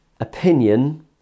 opinion